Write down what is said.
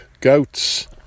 goats